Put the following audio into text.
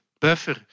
buffer